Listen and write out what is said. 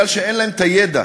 כי אין להם הידע